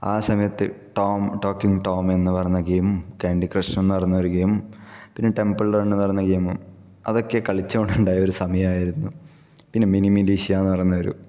ആ സമയത്ത് Tom talking Tom എന്ന് പറഞ്ഞ ഗെയിം കാൻഡി ക്രഷ് എന്ന് പറയുന്നൊരു ഗെയിം പിന്നെ ടെമ്പിൾ റൺ എന്ന് പറയുന്ന ഗെയിമും അതൊക്കെ കളിച്ച് കൊണ്ട് ഉണ്ടായിരുന്ന ഒരു സമയമായിരുന്നു പിന്നെ മിനി മിലീശാ എന്ന് പറയുന്ന ഒരു